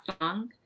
song